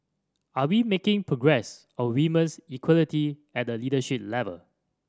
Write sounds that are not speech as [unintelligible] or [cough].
are we making progress on women [unintelligible] equality at the leadership level